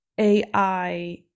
AI